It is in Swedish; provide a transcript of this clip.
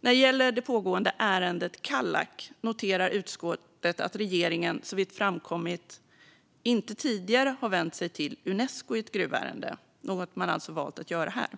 När det gäller det pågående ärendet Kallak noterar utskottet att regeringen, såvitt framkommit, inte tidigare har vänt sig till Unesco i ett gruvärende, något man alltså valt att göra här.